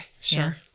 sure